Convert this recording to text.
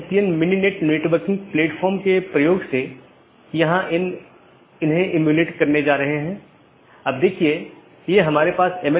जब एक BGP स्पीकरों को एक IBGP सहकर्मी से एक राउटर अपडेट प्राप्त होता है तो प्राप्त स्पीकर बाहरी साथियों को अपडेट करने के लिए EBGP का उपयोग करता है